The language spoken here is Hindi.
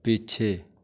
पीछे